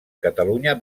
catalunya